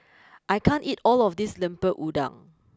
I can't eat all of this Lemper Udang